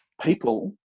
people